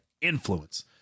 influence